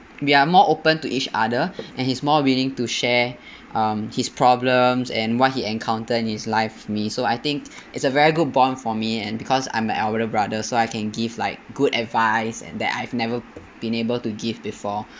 we are more open to each other and he's more willing to share um his problems and what he encounter in his life with me so I think it's a very good bond for me and because I'm the elder brother so I can give like good advice and that I have never been able to give before